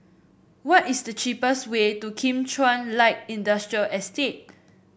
what is the cheapest way to Kim Chuan Light Industrial Estate